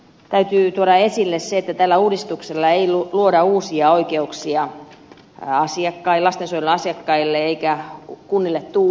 täytyy tuoda esille se että tällä uudistuksella ei luoda uusia oikeuksia lastensuojelun asiakkaille eikä kunnille tule uusia velvoitteita